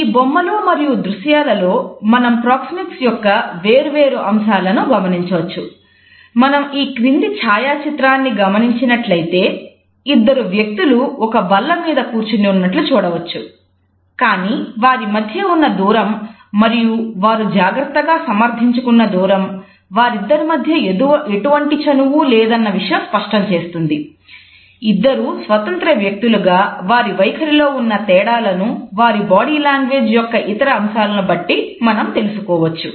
ఈ బొమ్మలు మరియు దృశ్యాలలో మనం ప్రోక్సెమిక్స్ యొక్క ఇతర అంశాలను బట్టి మనం తెలుసుకోవచ్చు